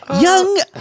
young